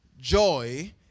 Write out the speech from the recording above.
joy